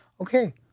okay